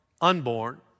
unborn